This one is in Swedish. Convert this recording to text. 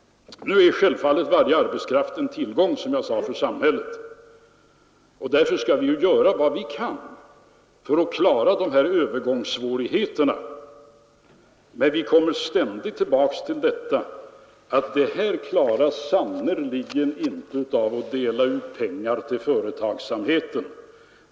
Nu är självfallet varje arbetskraft en tillgång för samhället, och därför skall vi göra vad vi kan för att klara de här övergångssvårigheterna. Men vi kommer ständigt tillbaka till detta, att det här klarar vi sannerligen inte genom att dela ut pengar till företagsamheten.